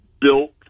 built